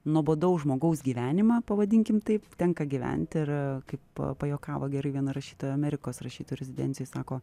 nuobodaus žmogaus gyvenimą pavadinkim taip tenka gyventi ir kaip pajuokavo gerai viena rašytoja amerikos rašytojų rezidencijoj sako